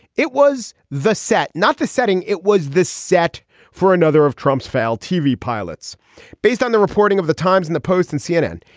it was the set not the setting. it was this set for another of trump's failed tv pilots based on the reporting of the times and the post and cnn.